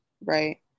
right